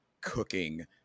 cooking